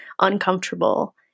uncomfortable